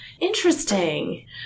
Interesting